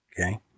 Okay